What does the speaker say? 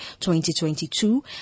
2022